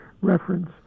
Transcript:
reference